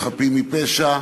מפשע.